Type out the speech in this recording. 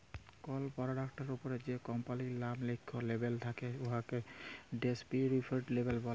call পরডাক্টের উপরে যে কম্পালির লাম লিখ্যা লেবেল থ্যাকে উয়াকে ডেসকিরিপটিভ লেবেল ব্যলে